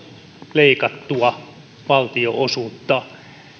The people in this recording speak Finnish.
leikattua valtionosuutta